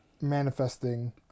manifesting